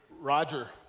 Roger